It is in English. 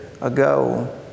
ago